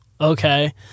okay